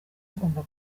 agomba